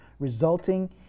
resulting